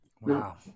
Wow